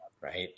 right